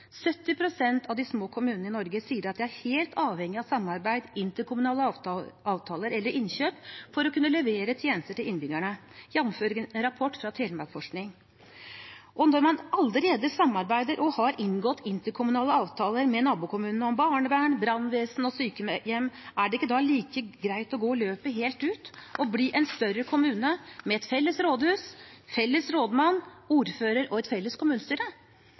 pst. av de små kommunene i Norge sier at de er helt avhengige av samarbeid og interkommunale avtaler eller innkjøp for å kunne levere tjenester til innbyggerne, jf. en rapport fra Telemarksforskning. Og når man allerede samarbeider og har inngått interkommunale avtaler med nabokommunene om barnevern, brannvesen og sykehjem, er det ikke da like greit å gå løpet helt ut og bli en større kommune med felles rådhus, felles rådmann, felles ordfører og felles kommunestyre?